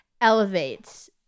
elevates